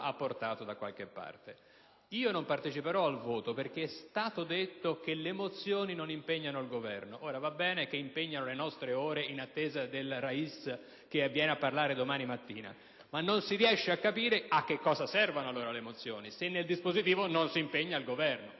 a qualche risultato. Non parteciperò al voto perché è stato detto che le mozioni non impegnano il Governo. Va bene che impegnano le nostre ore in attesa del *rais* che viene a parlare domani mattina, ma non si riesce a capire a cosa servono le mozioni se nel dispositivo non si impegna il Governo.